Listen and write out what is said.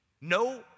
No